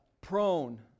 prone